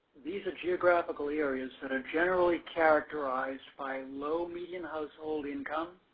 these are geographically areas that are generally characterized by low median household income